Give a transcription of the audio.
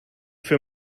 für